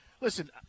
listen